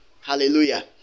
hallelujah